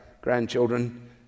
grandchildren